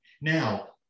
Now